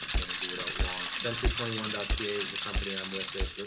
let me do it out long century twenty one but ca is the company i'm with it.